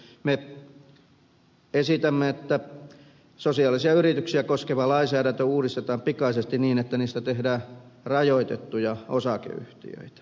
me esitämme että sosiaalisia yrityksiä koskeva lainsäädäntö uudistetaan pikaisesti niin että niistä tehdään rajoitettuja osakeyhtiöitä